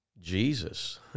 Jesus